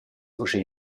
uschè